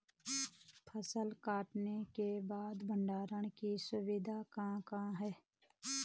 फसल कटाई के बाद भंडारण की सुविधाएं कहाँ कहाँ हैं?